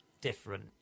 different